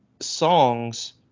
songs